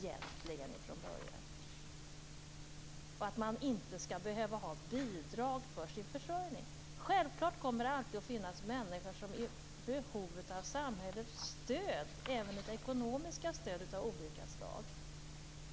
Man skall inte behöva ha bidrag för sin försörjning. Självfallet kommer det alltid att finnas människor som är i behov av samhällets stöd - även av ekonomiska stöd av olika slag.